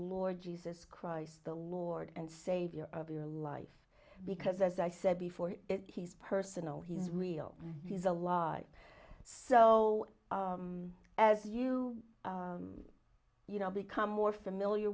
lord jesus christ the lord and savior of your life because as i said before he's personal he's real he's alive so as you you know become more familiar